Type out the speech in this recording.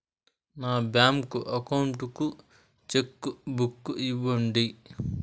నా bank account కు cheque book ఇవ్వండి